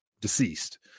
deceased